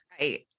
Right